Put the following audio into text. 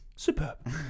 superb